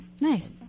Nice